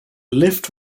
lift